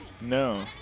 No